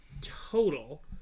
total